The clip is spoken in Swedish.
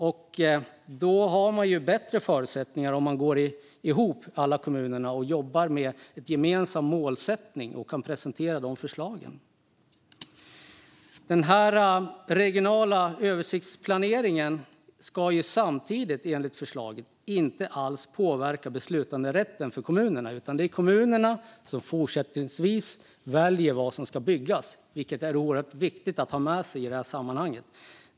Man har ju bättre förutsättningar om alla kommuner går ihop och jobbar med en gemensam målsättning och kan presentera förslagen. Den regionala översiktsplanen ska samtidigt, enligt förslaget, inte alls påverka beslutanderätten för kommunerna, utan det är kommunerna som fortsättningsvis väljer vad som ska byggas, vilket är oerhört viktigt att ha med sig i det här sammanhanget.